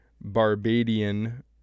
Barbadian